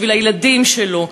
בשביל הילדים שלו,